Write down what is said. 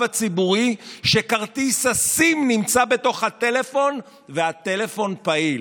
הציבורי כשכרטיס הסים נמצא בתוך הטלפון והטלפון פעיל.